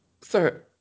Sir